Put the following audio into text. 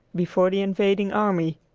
before the invading army.